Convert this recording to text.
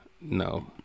No